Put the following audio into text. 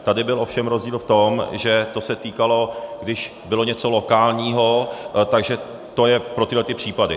Tady byl ovšem rozdíl v tom, že to se týkalo, když bylo něco lokálního, takže to je pro tyhle ty případy.